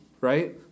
right